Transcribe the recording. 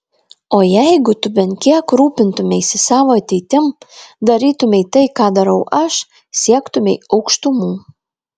o jeigu tu bent kiek rūpintumeisi savo ateitim darytumei tai ką darau aš siektumei aukštumų